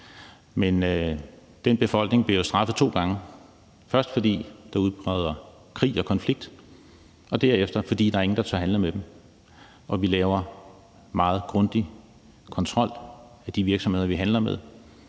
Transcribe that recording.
Men den befolkning bliver jo straffet to gange, først fordi der udbryder krig og konflikt, og derefter fordi der ikke er nogen, der tør handle med dem. Vi laver en meget grundig kontrol af de virksomheder, vi handler med,